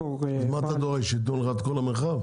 אז מה אתה דורש, שיתנו לך את כל המרחב?